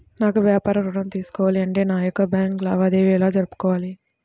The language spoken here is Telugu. నాకు వ్యాపారం ఋణం తీసుకోవాలి అంటే నా యొక్క బ్యాంకు లావాదేవీలు ఎలా జరుపుకోవాలి?